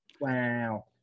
Wow